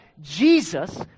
Jesus